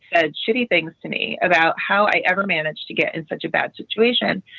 ah shitty things to me about how i ever managed to get in such a bad situation,